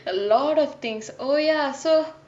a lot of things oh ya so